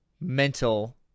mental